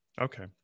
Okay